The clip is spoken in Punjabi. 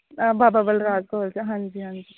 ਬਾਬਾ ਬਲਰਾਜ ਕਾਲਜ ਹਾਂਜੀ ਹਾਂਜੀ